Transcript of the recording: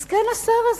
מסכן השר הזה.